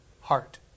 heart